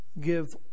Give